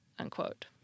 unquote